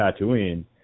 Tatooine